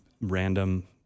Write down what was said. random